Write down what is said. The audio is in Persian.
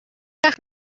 وقت